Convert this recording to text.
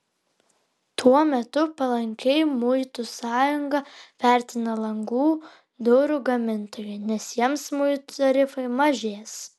tuo metu palankiai muitų sąjungą vertina langų durų gamintojai nes jiems muitų tarifai mažės